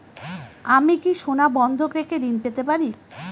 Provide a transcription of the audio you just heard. আমি কি সোনা বন্ধক রেখে ঋণ পেতে পারি?